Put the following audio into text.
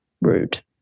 rude